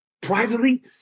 privately